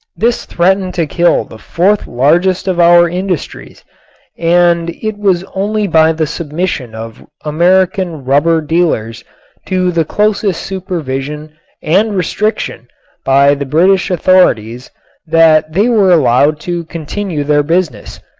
this threatened to kill the fourth largest of our industries and it was only by the submission of american rubber dealers to the closest supervision and restriction by the british authorities that they were allowed to continue their business.